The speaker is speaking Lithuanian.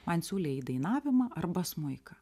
man siūlė į dainavimą arba smuiką